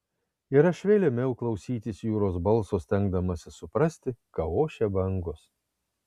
ir aš vėl ėmiau klausytis jūros balso stengdamasis suprasti ką ošia bangos